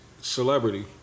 celebrity